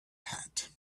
hat